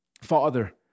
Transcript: Father